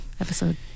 Episode